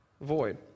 void